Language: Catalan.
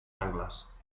angles